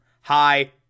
Hi